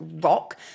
rock